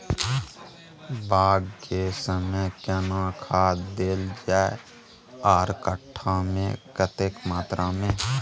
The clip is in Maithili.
बाग के समय केना खाद देल जाय आर कट्ठा मे कतेक मात्रा मे?